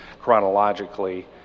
chronologically